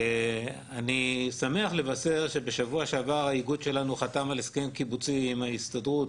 אני שמח לבשר שבשבוע שעבר האיגוד שלנו חתם על הסכם קיבוצי עם ההסתדרות